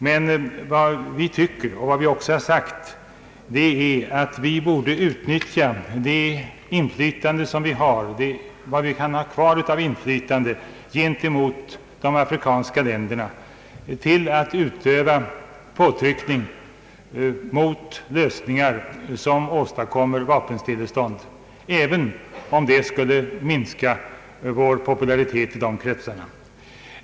Men vad vi tycker och vad vi också har sagt är att Sverige borde utnyttja det som vi kan ha kvar av inflytande gentemot de afrikanska länderna till att utöva påtryckning till lösningar som åstadkommer vapenstillestånd, även om det skulle minska vår popularitet i de kretsarna.